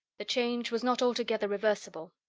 the change was not altogether reversible.